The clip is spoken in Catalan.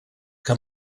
que